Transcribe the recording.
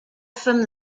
from